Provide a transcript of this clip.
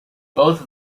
both